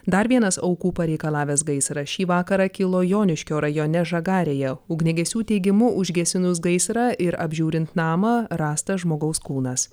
dar vienas aukų pareikalavęs gaisras šį vakarą kilo joniškio rajone žagarėje ugniagesių teigimu užgesinus gaisrą ir apžiūrint namą rastas žmogaus kūnas